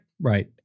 Right